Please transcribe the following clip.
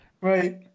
Right